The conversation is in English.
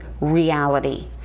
reality